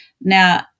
Now